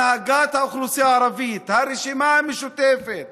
הנהגת האוכלוסייה הערבית, הרשימה המשותפת,